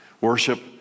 Worship